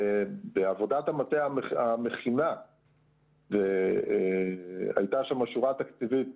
בעבודת המטה המכינה הייתה שם שורה תקציבית